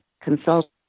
consult